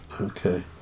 Okay